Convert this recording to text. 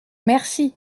merci